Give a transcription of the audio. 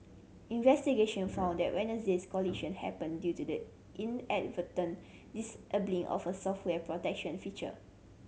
investigation found that Wednesday's collision happened due to the inadvertent disabling of a software protection feature